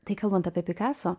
tai kalbant apie pikaso